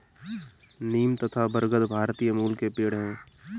नीम तथा बरगद भारतीय मूल के पेड है